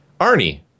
Arnie